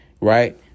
right